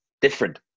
different